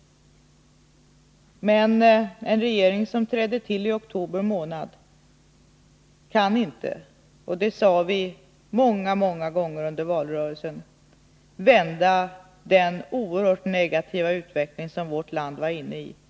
Men en regering som tillträdde i oktober kan inte, och det framhöll vi ofta under valrörelsen, på en gång vända den oerhört negativa utveckling som vårt land var inne i.